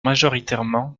majoritairement